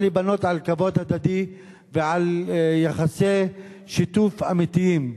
להיבנות על כבוד הדדי ועל יחסי שיתוף אמיתיים.